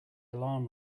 alarm